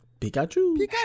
Pikachu